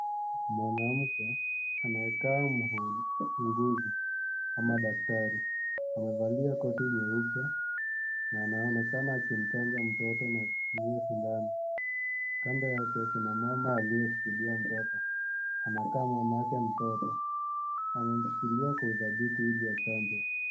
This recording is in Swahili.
Mwanamke anayekaa mwuguzi ama daktari. Amevalia koti nyeupe na anaonekana akimchanja mtoto na akitumia sindano. Kando yake kuna mama aliyeshikilia mtoto. Anakaa mama yake mtoto. AMemshikilia kwa udhabiti ili achanjwe.